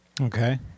Okay